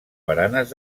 baranes